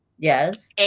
Yes